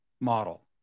model